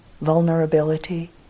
vulnerability